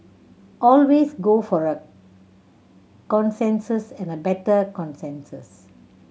always go for a consensus and a better consensus